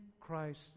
Christ